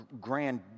grand